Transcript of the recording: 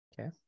Okay